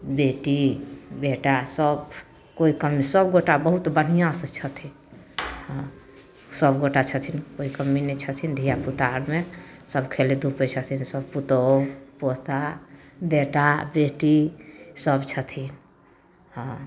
बेटी बेटा सभ कोइ कमी सभगोटा बहुत बढ़िआँसँ छथिन हँ सभगोटा छथिन कोइ कमी नहि छथिन धिआपुता आओरमे सभ खेलै धुपै छथिन सब पुतौहु पोता बेटा बेटी सभ छथिन हँ